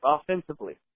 offensively